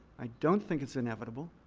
i don't think it's inevitable.